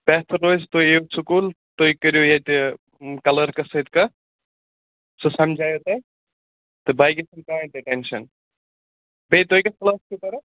بہتر روزِ تُہۍ یِیِو سکوٗل تُہۍ کٔرِو ییٚتہِ کَلٲرکَس سۭتۍ کَتھ سُہ سَمجھایو تۄہہِ تہٕ باقٕے چھَنہٕ کٕہٕنۍ تہِ ٹٮ۪نشَن بیٚیہِ تُہۍ کَتھ کلاسَس چھُو پَران